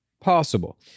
Possible